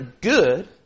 good